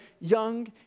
young